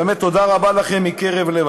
באמת, תודה רבה לכם מקרב לב.